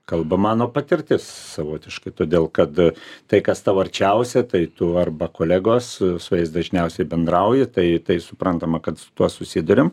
kalba mano patirtis savotiškai todėl kad tai kas tau arčiausia tai tu arba kolegos su jais dažniausiai bendrauji tai tai suprantama kad su tuo susiduriam